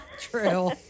True